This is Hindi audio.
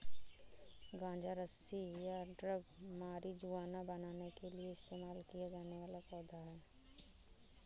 गांजा रस्सी या ड्रग मारिजुआना बनाने के लिए इस्तेमाल किया जाने वाला पौधा है